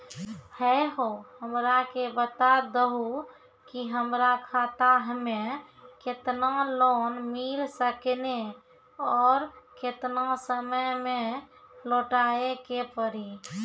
है हो हमरा के बता दहु की हमार खाता हम्मे केतना लोन मिल सकने और केतना समय मैं लौटाए के पड़ी?